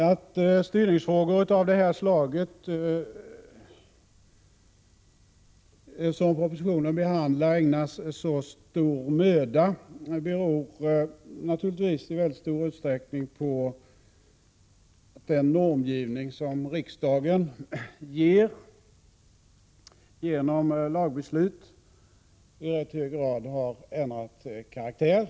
Att styrningsfrågor av det slag som behandlas i propositionen ägnats så stor möda beror naturligtvis i stor utsträckning på att den normgivning som har sin grund i riksdagens lagbeslut i rätt hög grad har ändrat karaktär.